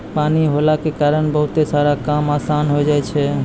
पानी होला के कारण बहुते सारा काम आसान होय जाय छै